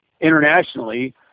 internationally